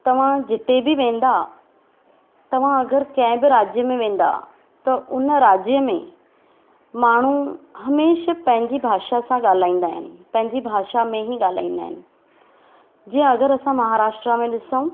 तव्हां जिते बि वेंदा तव्हां अगरि कंहिं बि राज्य में वेंदा त उन राज्य में माण्हू हमेशह पंहिंजी भाषा सां ॻाल्हाईंदा आहिनि पंहिंजी भाषा में ई ॻाल्हाईंदा आहिनि जीअं अगरि असां महाराष्ट्र में ॾिसूं